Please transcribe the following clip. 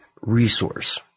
resource